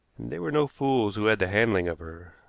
and they were no fools who had the handling of her.